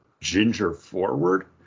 ginger-forward